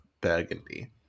Burgundy